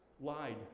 lied